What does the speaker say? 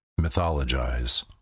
mythologize